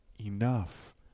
enough